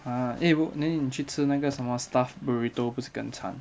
ah then you go then 你去吃那个什么 stuff'd burrito 不是更惨